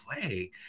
play